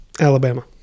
Alabama